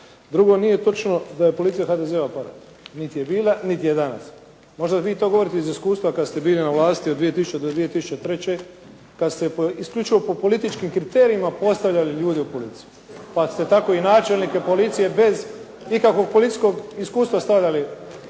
Drugo. Nije točno da je policija HDZ-ov aparat. Niti je bila, niti je danas. Možda vi to govorite iz iskustva kad ste bili na vlasti od 2000. do 2003. kad ste isključivo po političkim kriterijima postavljali ljude u policiju, pa ste tako i načelnike policije bez ikakvog policijskog iskustva stavljali.